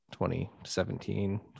2017